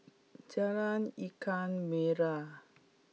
Jalan Ikan Merah